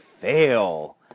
Fail